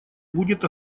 будет